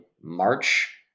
March